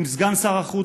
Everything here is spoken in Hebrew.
עם סגן שר החוץ,